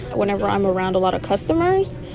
whenever i'm around a lot of customers,